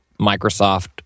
Microsoft